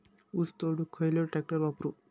ऊस तोडुक खयलो ट्रॅक्टर वापरू?